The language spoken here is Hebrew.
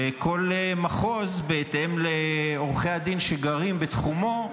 וכל מחוז, בהתאם לעורכי הדין שגרים בתחומו,